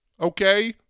Okay